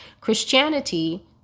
Christianity